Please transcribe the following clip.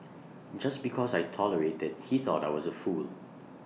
just because I tolerated he thought I was A fool